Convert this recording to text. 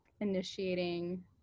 initiating